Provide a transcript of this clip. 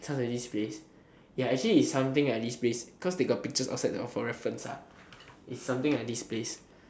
sounds like this place ya actually its something like this place cause they got pictures outside for reference ah it's something like this place